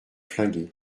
flingué